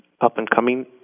Up-and-coming